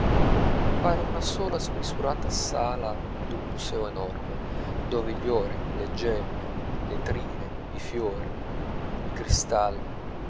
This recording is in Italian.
pare una sola smisurata sala d'un museo enorme dove gli ori le gemme le trine i fiori i cristalli